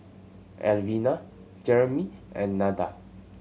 Alvina Jeremie and Nada